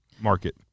Market